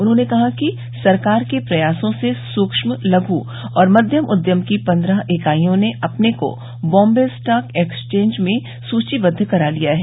उन्होंने कहा कि सरकार के प्रयासों से सूक्ष्म लघ् और मध्यम उद्यम की पन्द्रह इकाइयों ने अपने को बॉम्बे स्टॉक एक्सचेंज में सूचीबद्व करा लिया है